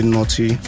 Naughty